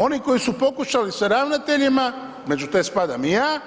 Oni koji su pokušali sa ravnateljima, među te spadam i ja